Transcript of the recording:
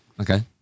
okay